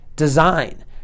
design